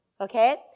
okay